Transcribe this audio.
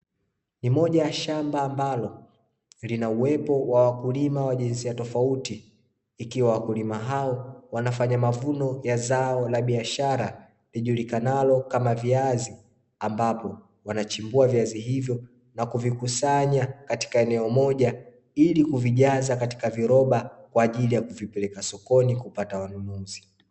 Ni moja ya shamba ambalo lina uwepo wa wakulima wa jinsia tofauti ikiwa wakulima hao wanafanya mavuno ya zao la biashara lijulikanalo kama viazi, ambapo wanachimbua viazi hivyo na kuvikusanya katika eneo moja ili kuvijaza katika viroba kwa ajili ya kuvipeleka sokoni kupata wanunuzi.